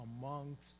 amongst